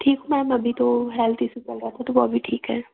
ठीक मैम अभी तो हेल्थ इशू चल रहा था तो वो अभी ठीक है